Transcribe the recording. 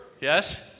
Yes